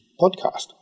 podcast